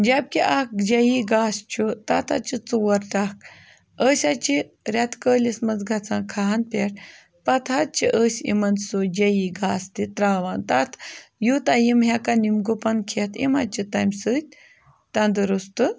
جب کہِ اَکھ جے یی گاسہٕ چھُ تَتھ حظ چھِ ژور ٹکھ أسۍ حظ چھِ رٮ۪تہٕ کٲلِس منٛز گژھان کھہَن پٮ۪ٹھ پَتہٕ حظ چھِ أسۍ یِمَن سُہ جے یی گاسہٕ تہِ ترٛاوان تَتھ یوٗتاہ یِم ہٮ۪کَن یِم گُپَن کھٮ۪تھ یِم حظ چھِ تَمہِ سۭتۍ تَندرُستہٕ